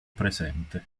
presente